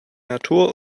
natur